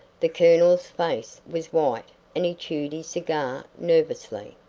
the colonel's face was white and he chewed his cigar nervously.